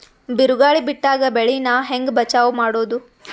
ಬಿರುಗಾಳಿ ಬಿಟ್ಟಾಗ ಬೆಳಿ ನಾ ಹೆಂಗ ಬಚಾವ್ ಮಾಡೊದು?